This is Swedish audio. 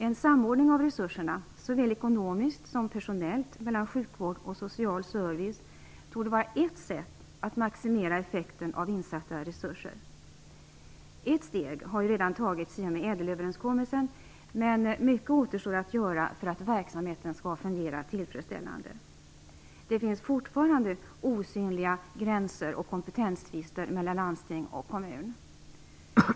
En samordning av resurserna såväl ekonomiskt som personellt mellan sjukvård och social service torde vara ett sätt att maximera effekten av insatta resurser. Ett steg har redan tagits i och med ÄDEL överenskommelsen, men mycket återstår att göra för att verksamheten skall fungera tillfredsställande. Det finns fortfarande osynliga gränser och kompetenstvister mellan landsting och kommun.